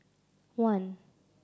one